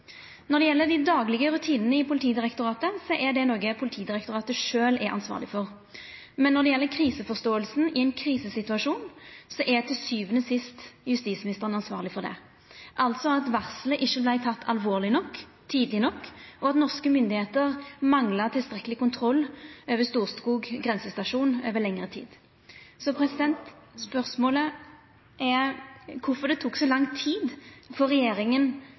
Når det gjeld dei daglege rutinane i Politidirektoratet, er det noko Politidirektoratet sjølv er ansvarleg for, men når det gjeld kriseforståinga i ein krisesituasjon, er det til sjuande og sist justisministeren som er ansvarleg for det – altså at varselet ikkje vart teke alvorleg nok tidleg nok, og at norske myndigheiter mangla tilstrekkeleg kontroll over Storskog grensestasjon over lengre tid. Spørsmålet er kvifor det tok så lang tid for regjeringa